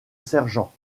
sergent